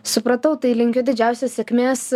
supratau tai linkiu didžiausios sėkmės